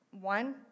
One